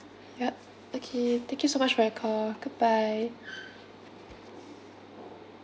yup okay thank you so much for your call goodbye